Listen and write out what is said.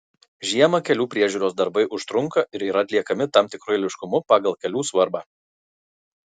žiemą kelių priežiūros darbai užtrunka ir yra atliekami tam tikru eiliškumu pagal kelių svarbą